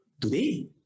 today